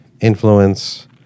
influence